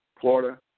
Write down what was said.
Florida